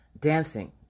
Dancing